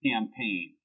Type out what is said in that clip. campaign